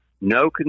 no